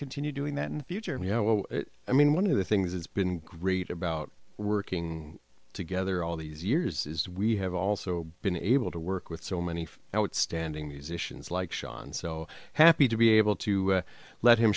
continue doing that in the future and you know what i mean one of the things it's been great about working together all these years is we have also been able to work with so many outstanding musicians like sean so happy to be able to let him